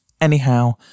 Anyhow